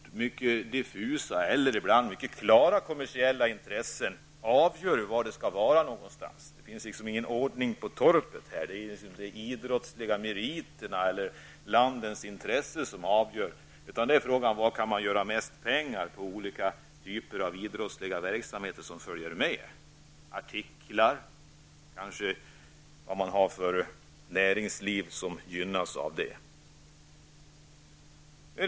Det finns många diffusa och ibland mycket klara kommersiella intressen som avgör var någonstans OS skall hållas. Det finns ingen ordning på torpet, och det är inte idrottsliga meriter eller landets intresse som avgör. Det är fråga om var man kan göra mest pengar på de olika typer av idrottslig verksamhet som följer med. Det kan gälla olika artiklar eller att näringslivet gynnas av detta.